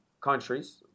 countries